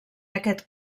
aquest